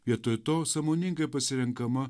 vietoj to sąmoningai pasirenkama